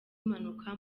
impanuka